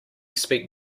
speak